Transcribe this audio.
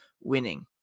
winning